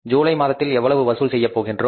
ஜூலை மாதத்தில் எவ்வளவு வசூல் செய்ய போகின்றோம்